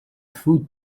food